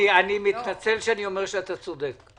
אני מתנצל שאני אומר שאתה צודק.